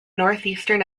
northeastern